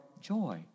joy